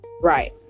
Right